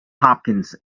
hopkins